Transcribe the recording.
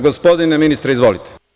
Gospodine ministre, izvolite.